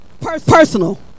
personal